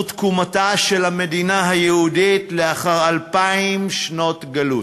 תקומתה של המדינה היהודית לאחר אלפיים שנות גלות.